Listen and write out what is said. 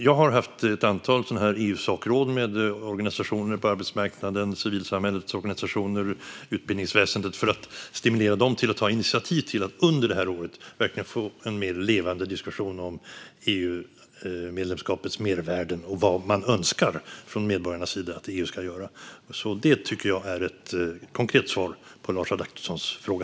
Jag har haft ett antal sådana här EU-sakråd med organisationer på arbetsmarknaden, civilsamhällets organisationer och utbildningsväsendet för att stimulera dem att ta initiativ till att under det här året verkligen få en mer levande diskussion om EU-medlemskapets mervärden och vad man från medborgarnas sida önskar att EU ska göra. Det tycker jag är ett konkret svar på Lars Adaktussons fråga.